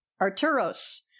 Arturos